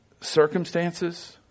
circumstances